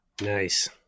Nice